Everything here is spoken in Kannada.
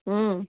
ಹ್ಞೂ